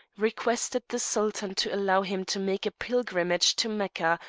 requested the sultan to allow him to make a pilgrimage to mecca,